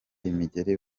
imigeri